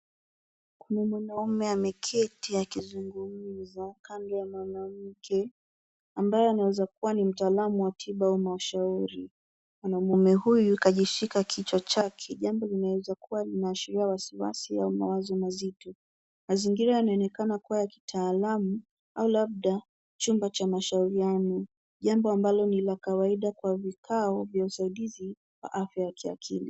Kuna mwanaume ameketi akizungumza kando ya mwanamke ambaye anaweza kuwa ni mtaalam wa tiba au mashauri. Mwanamume huyu kajishika kichwa chake jambo linawezakuwa linaashiria wasiwasi au mawazo mazito. Mazingira inaonekana kuwa ya kitaalam au labda chumba cha mashauriano. Jambo ambalo ni la kawaida kwa vikao vya usaidizi wa afya ya kiakili.